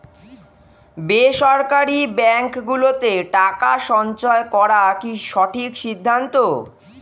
বেসরকারী ব্যাঙ্ক গুলোতে টাকা সঞ্চয় করা কি সঠিক সিদ্ধান্ত?